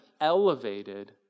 elevated